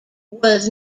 was